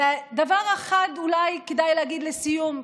דבר אחד אולי כדאי להגיד לסיום,